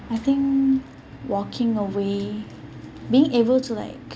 I think walking away being able to like